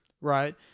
Right